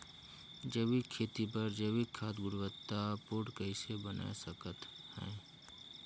जैविक खेती बर जैविक खाद गुणवत्ता पूर्ण कइसे बनाय सकत हैं?